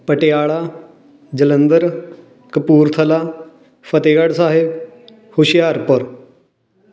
Patiala Jalandhar Kapurthala Fatehgarh Sahib Hoshiarpur